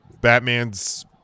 Batman's